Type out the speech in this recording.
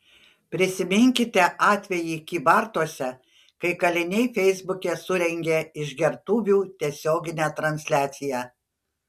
prisiminkite atvejį kybartuose kai kaliniai feisbuke surengė išgertuvių tiesioginę transliaciją